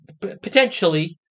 potentially